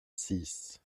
six